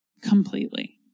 Completely